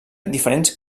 diferents